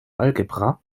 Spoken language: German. algebra